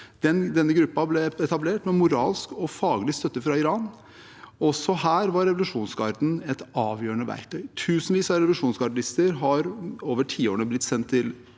Denne gruppen ble etablert med moralsk og faglig støtte fra Iran. Også her var revolusjonsgarden et avgjørende verktøy. Tusenvis av revolusjonsgardister har over tiårene